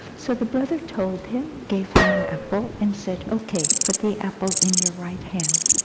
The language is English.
so the brother told him, gave him an apple and said, okay, put the apple in your right hand.